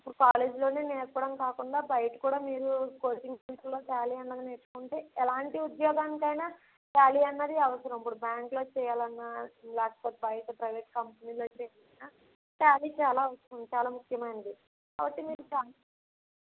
ఇప్పుడు కాలేజీలోనే నేర్పడం కాకుండా బయట కూడా మీరు కోచింగ్ సెంటర్లో టాలీ అన్నది నేర్చుకుంటే ఎలాంటి ఉద్యోగానికి అయినా టాలీ అన్నది అవసరం ఇప్పుడు బ్యాంక్లో చెయ్యాలన్న లేకపోతే బయట ప్రైవేట్ కంపెనీలో చెయ్యాలన్న టాలీ చాలా అవసరం చాలా ముఖ్యమైనది కాబట్టి మీరు